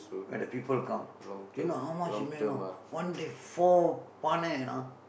when the people come you know how much you made you know one to four பானை:paanai you know